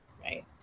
Right